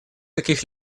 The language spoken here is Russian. каких